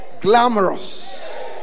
glamorous